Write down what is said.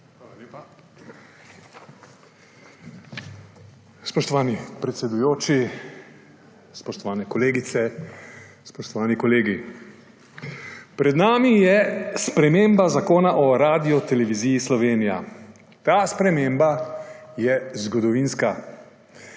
Spoštovani predsedujoči, spoštovane kolegice, spoštovani kolegi! Pred nami je sprememba Zakona o Radioteleviziji Slovenija. Ta sprememba je zgodovinska.